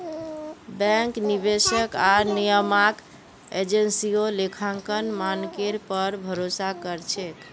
bank, निवेशक आर नियामक एजेंसियां लेखांकन मानकेर पर भरोसा कर छेक